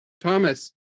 Thomas